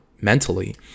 mentally